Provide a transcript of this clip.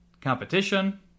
competition